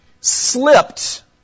slipped